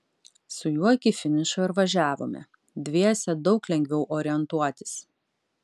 su juo iki finišo ir važiavome dviese daug lengviau orientuotis